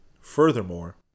Furthermore